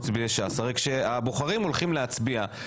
הרי כאשר הבוחרים הולכים להצביע,